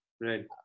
Right